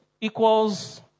equals